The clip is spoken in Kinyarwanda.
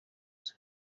nzu